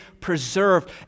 preserved